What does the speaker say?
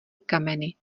kameny